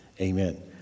amen